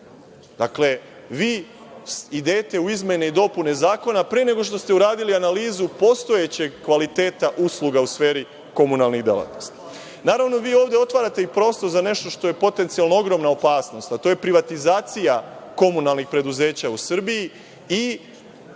posla? Dakle, vi idete u izmene i dopune zakona pre nego što ste uradili analizu postojećeg kvaliteta usluga u sferi komunalnih delatnosti. Naravno, ovde otvarate i prostor za nešto što je potencijalno ogromna opasnost, a to je privatizacija komunalnih preduzeća u Srbiji i